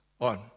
on